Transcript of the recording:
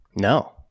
no